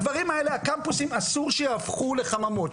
הדברים האלה בקמפוסים אסור שיהפכו לחממות.